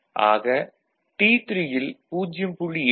ஆக T3ல் 0